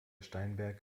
steinberg